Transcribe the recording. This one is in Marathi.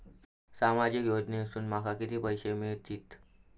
सामाजिक योजनेसून माका किती पैशे मिळतीत?